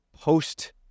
post